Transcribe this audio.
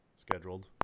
scheduled